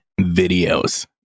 videos